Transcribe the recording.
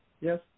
Yes